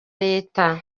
leta